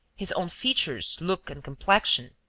his own features, look and complexion.